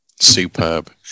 Superb